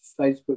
facebook